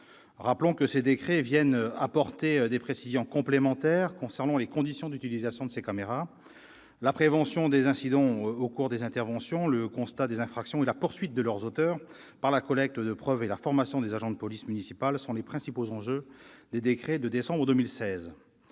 Rappelons que ces décrets viennent apporter des précisions complémentaires quant aux conditions d'utilisation de ces caméras. La prévention des incidents au cours des interventions, le constat des infractions et la poursuite de leurs auteurs par la collecte de preuves et la formation des agents de police municipale sont les principaux enjeux des décrets de décembre 2016.